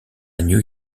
new